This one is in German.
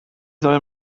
soll